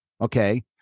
Okay